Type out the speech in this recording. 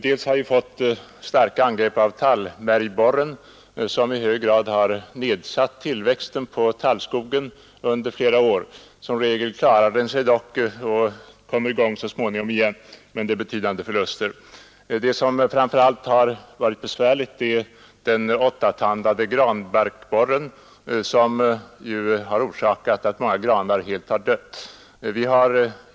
Det har förekommit starka angrepp av tallmärgborren som i hög grad har nedsatt tillväxten på tallskogen under flera år. Som regel klarar sig skogen och kommer i gång så småningom igen, men det uppstår betydande förluster. Särskilt besvärlig är emellertid den åttatandade granbarkborren, som ju har orsakat att många granar dött.